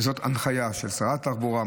וזאת הנחיה של שרת התחבורה,